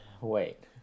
Wait